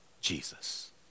Jesus